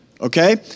Okay